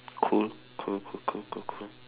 cool cool cool cool cool cool